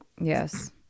Yes